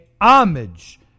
homage